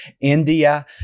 India